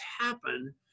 happen